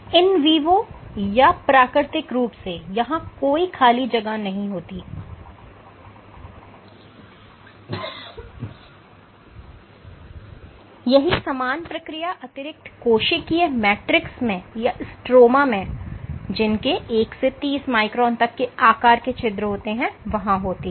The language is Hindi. इन वीवो या प्राकृतिक रूप से यहां कोई खाली जगह नहीं होती यही समान प्रक्रिया अतिरिक्त कोशिकीय मैट्रिक्स में या स्ट्रोमा में जिनके 1 से 30 माइक्रोन तक के आकार के छिद्र होते हैं वहां होती है